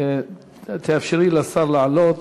תאפשרי לשר לעלות.